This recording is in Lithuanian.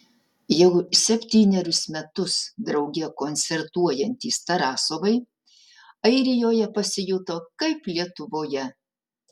jau septynerius metus drauge koncertuojantys tarasovai airijoje pasijuto kaip lietuvoje